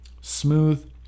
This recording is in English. smooth